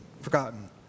forgotten